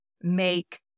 make